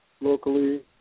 locally